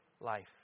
life